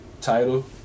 title